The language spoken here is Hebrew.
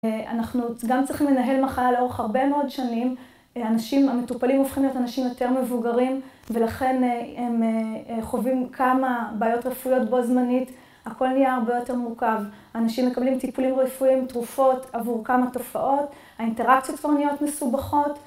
אנחנו גם צריכים לנהל מחלה לאורך הרבה מאוד שנים, אנשים, המטופלים הופכים להיות אנשים יותר מבוגרים, ולכן הם חווים כמה בעיות רפואיות בו זמנית, הכל נהיה הרבה יותר מורכב. אנשים מקבלים טיפולים רפואיים, תרופות עבור כמה תופעות, האינטראקציות כבר נהיות מסובכות.